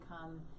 come